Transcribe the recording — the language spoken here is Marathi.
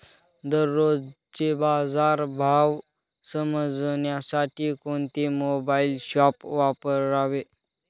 दररोजचे बाजार भाव समजण्यासाठी कोणते मोबाईल ॲप वापरावे?